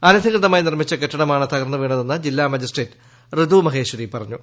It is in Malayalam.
അനധികൃതമായി നിർമ്മിച്ച കെട്ടിടമാണ് തകർന്നുവീണതെന്ന് ജില്ലാ മജിസ്ട്രേറ്റ് റിതു മഹേശ്വരി പറഞ്ഞു